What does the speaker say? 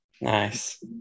Nice